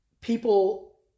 People